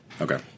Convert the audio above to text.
Okay